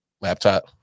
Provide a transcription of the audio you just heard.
laptop